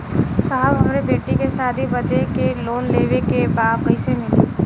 साहब हमरे बेटी के शादी बदे के लोन लेवे के बा कइसे मिलि?